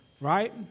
right